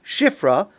Shifra